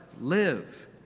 live